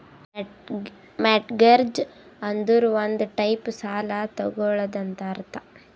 mortgage ಅಂದುರ್ ಒಂದ್ type ಸಾಲ ತಗೊಳದಂತ್ ಅರ್ಥ